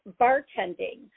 bartending